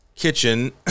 kitchen